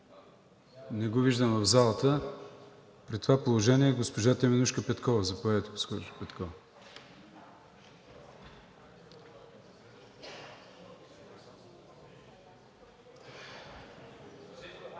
Не го виждам в залата и при това положение е госпожа Теменужка Петкова.